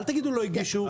אל תגידו שלא הגישו.